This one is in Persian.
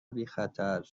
بیخطر